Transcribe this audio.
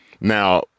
Now